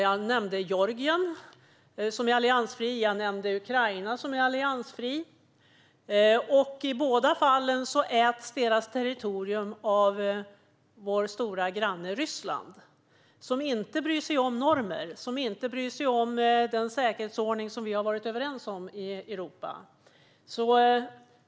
Jag nämnde Georgien, som är alliansfritt, och jag nämnde Ukraina, som är alliansfritt. I båda fallen äts ländernas territorier upp av vår stora granne Ryssland, som inte bryr sig om normer och inte bryr sig om den säkerhetsordning vi har varit överens om i Europa.